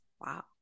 Wow